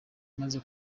maze